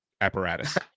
apparatus